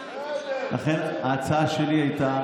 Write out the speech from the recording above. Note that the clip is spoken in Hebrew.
לכן, ההצעה שלי הייתה